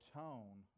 tone